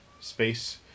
space